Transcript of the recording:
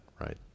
right